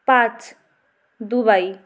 পাঁচ দুবাই